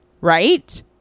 Right